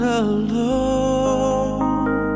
alone